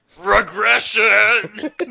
regression